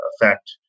effect